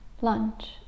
lunch